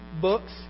books